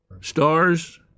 Stars